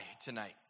tonight